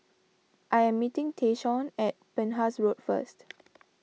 I am meeting Tayshaun at Penhas Road first